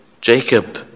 Jacob